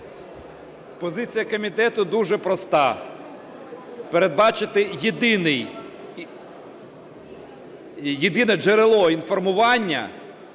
Позиція комітету дуже проста: передбачити єдине джерело інформування